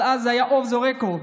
אבל אז היה off the record.